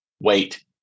wait